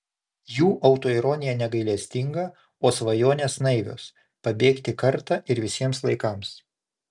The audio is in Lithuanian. jų autoironija negailestinga o svajonės naivios pabėgti kartą ir visiems laikams